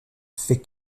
fait